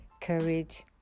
Courage